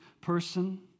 person